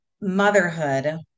motherhood